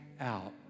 out